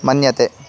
मन्यते